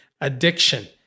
addiction